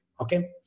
Okay